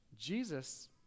Jesus